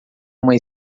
uma